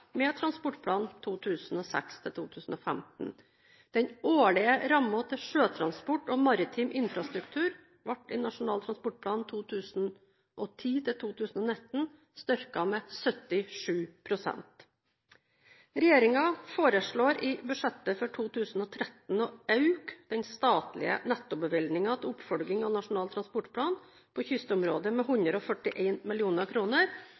med 100 mrd. kr sammenlignet med transportplanen for 2006–2015. Den årlige rammen til sjøtransport og maritim infrastruktur ble i NTP 2010–2019 styrket med 77 pst. Regjeringen foreslår i budsjettet for 2013 å øke den statlige nettobevilgningen til oppfølging av NTP på kystområdet med